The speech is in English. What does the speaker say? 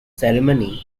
ceremony